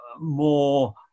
more